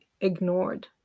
ignored